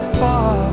far